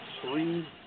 Three